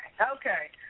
Okay